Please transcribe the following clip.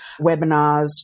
webinars